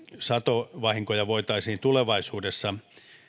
satovahinkoja voitaisiin tulevaisuudessa